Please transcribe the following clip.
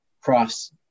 cross